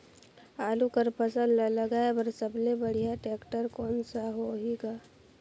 आलू कर फसल ल लगाय बर सबले बढ़िया टेक्टर कोन सा होही ग?